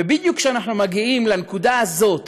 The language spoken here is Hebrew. ובדיוק כשאנחנו מגיעים לנקודה הזאת